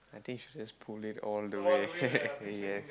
I think should just pull it all the way ya